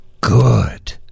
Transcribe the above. good